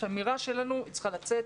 האמירה שלנו צריכה לצאת